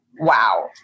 Wow